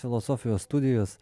filosofijos studijos